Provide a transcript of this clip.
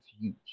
huge